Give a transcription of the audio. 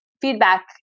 feedback